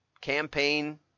campaign